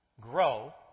grow